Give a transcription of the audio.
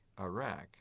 Iraq